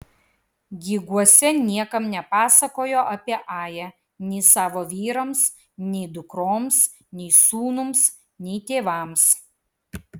giguose niekam nepasakojo apie ają nei savo vyrams nei dukroms nei sūnums nei tėvams